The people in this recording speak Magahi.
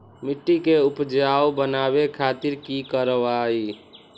मिट्टी के उपजाऊ बनावे खातिर की करवाई?